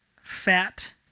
fat